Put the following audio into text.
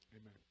amen